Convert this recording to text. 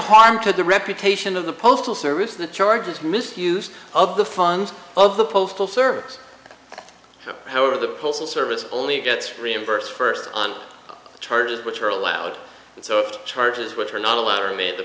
harm to the reputation of the postal service the charge is misuse of the funds of the postal service however the postal service only gets reimbursed first on charges which are allowed and so charges which are not allowed to meet the